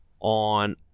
on